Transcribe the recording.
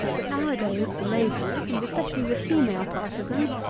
but, now-a-days, the labourers, and especially the female part of them,